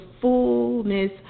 fullness